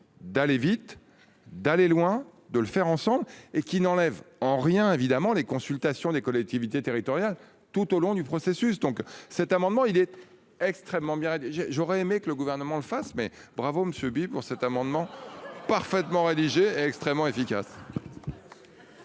d'aller vite d'aller loin de le faire ensemble et qui n'enlève en rien évidemment les consultations des collectivités territoriales. Tout au long du processus, donc cet amendement, il est extrêmement bien, j'ai, j'aurais aimé que le gouvernement le fasse mais bravo monsieur bip pour cet amendement parfaitement rédigés extrêmement efficace.